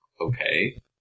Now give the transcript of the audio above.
Okay